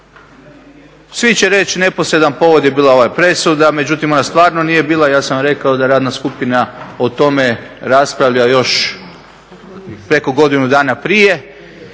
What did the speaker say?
Svi će reći neposredan povod je bila presuda, međutim ona stvarno nije bila. Ja sam rekao da radna skupina o tome raspravlja još preko godinu dana prije